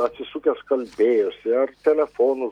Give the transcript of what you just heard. atsisukęs kalbėjosi ar telefonu